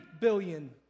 billion